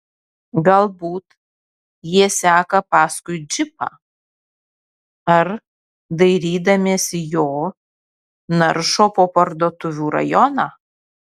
galbūt jie seka paskui džipą ar dairydamiesi jo naršo po parduotuvių rajoną